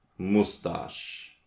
mustache